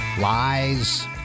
lies